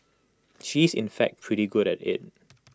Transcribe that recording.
she is in fact pretty good at IT